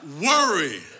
worry